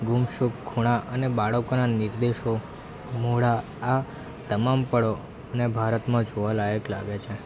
ગુમસૂમ ખૂણા અને બાળકોના નિર્દોષ આ તમામ પળો ભારતમાં જોવાલાયક લાગે છે